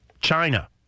China